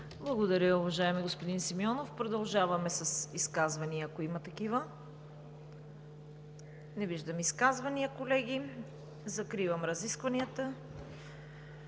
Благодаря, уважаеми господин Симеонов. Продължаваме с изказвания, ако има такива. Не виждам изказвания, колеги. Закривам разискванията.